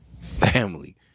family